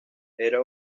era